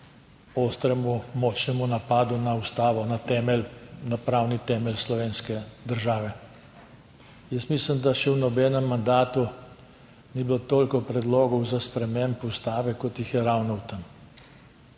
ostremu, močnemu napadu na Ustavo, na temelj, na pravni temelj slovenske države. Jaz mislim, da še v nobenem mandatu ni bilo toliko predlogov za spremembo Ustave, kot jih je ravno v tem.